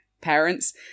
parents